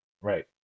right